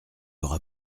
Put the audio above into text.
aura